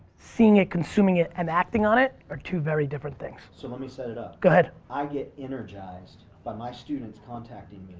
seeing it, consuming it, and acting on it are two very different things. so let me set it up. go ahead. i get energized by my students contacting